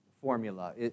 formula